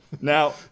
Now